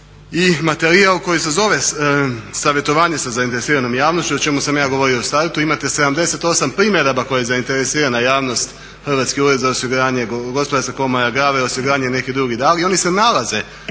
i materijal koji se zove savjetovanje sa zainteresiranom javnošću o čemu sam ja govorio u startu, imate 78 primjedaba koje je zainteresirana javnost, Hrvatski ured za osiguranje, Gospodarska komora, GRAWE osiguranje i neki drugi dali i oni se nalaze